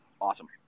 awesome